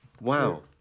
Wow